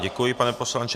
Děkuji, pane poslanče.